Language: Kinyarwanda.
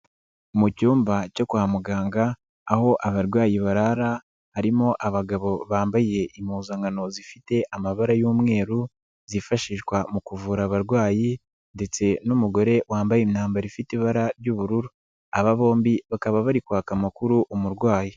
Mu cyumba cyo kwa muganga aho abarwayi barara harimo abagabo bambaye impuzankano zifite amabara y'umweru zifashishwa mu kuvura abarwayi ndetse n'umugore wambaye imyambaro ifite ibara ry'ubururu, aba bombi bakaba bari kwaka amakuru umurwayi.